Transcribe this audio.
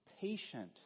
patient